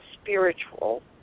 spiritual